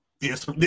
Yes